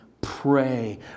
pray